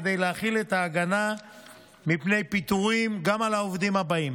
כדי להחיל את ההגנה מפני פיטורים גם על העובדים הבאים: